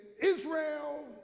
Israel